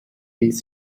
ließ